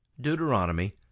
Deuteronomy